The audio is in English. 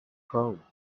chrome